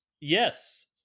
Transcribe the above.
yes